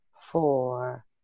four